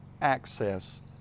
access